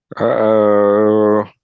Uh-oh